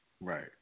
Right